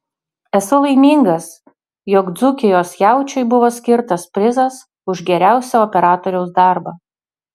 esu laimingas jog dzūkijos jaučiui buvo skirtas prizas už geriausią operatoriaus darbą